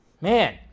Man